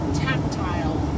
tactile